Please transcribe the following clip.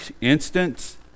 instance